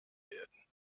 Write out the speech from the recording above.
werden